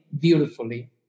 beautifully